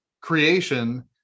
creation